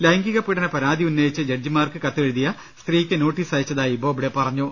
ലൈംഗിക പീഡന പരാതി ഉന്ന യിച്ച് ജഡ്ജിമാർക്ക് കത്തെഴുതിയ സ്ത്രീയ്ക്ക് നോട്ടീസ് അയച്ചതായി ബോബ്ഡെ പറഞ്ഞു